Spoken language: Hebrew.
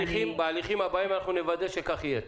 בהליכים הבאים אנחנו נוודא שכך יהיה.